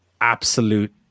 absolute